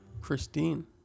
Christine